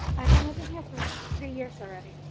i've been living here for three years already.